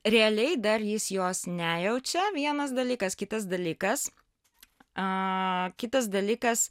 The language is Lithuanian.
realiai dar jis jos nejaučia vienas dalykas kitas dalykas kitas dalykas